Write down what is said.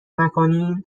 نکنین